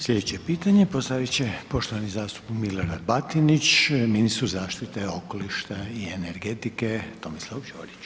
Slijedeće pitanje postavit će poštovani zastupnik Milorad Batinić, ministru zaštite okoliša i energetike Tomislavu Ćoriću.